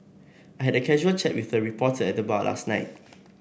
I had a casual chat with a reporter at the bar last night